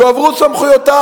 יועברו סמכויותיו.